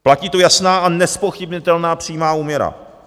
Platí tu jasná a nezpochybnitelná přímá úměra.